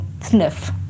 sniff